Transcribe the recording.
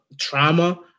trauma